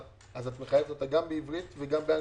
את מחייבת אותה גם בעברית או גם באנגלית?